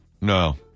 No